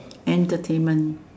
entertainment